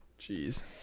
jeez